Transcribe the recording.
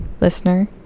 Listener